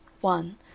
One